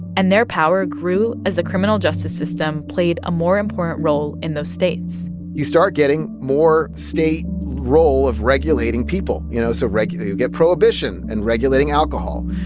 and their power grew as the criminal justice system played a more important role in those states you start getting more state role of regulating people, you know? so you get prohibition and regulating alcohol.